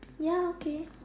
ya okay